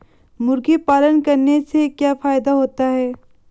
मुर्गी पालन करने से क्या फायदा होता है?